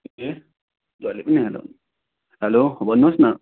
hello भन्नु होस् न